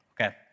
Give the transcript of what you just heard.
okay